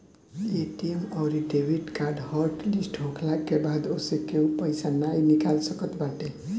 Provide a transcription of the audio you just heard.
ATM अउरी debit card hot list होखला के बाद ओसे केहू पईसा नाइ निकाल सकत बाटे